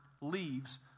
leaves